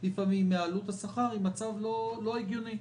לפעמים מעלות השכר הוא מצב לא הגיוני.